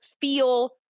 feel